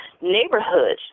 neighborhoods